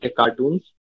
cartoons